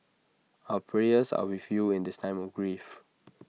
our prayers are with you in this time of grief